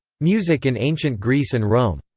music in ancient greece and rome.